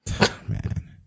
man